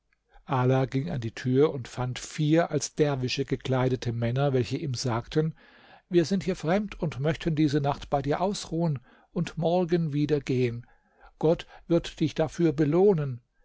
ala ging an die tür und fand vier als derwische gekleidete männer welche ihm sagten wir sind hier fremd und möchten diese nacht bei dir ausruhen und morgen wieder gehen gott wird dich dafür belohnen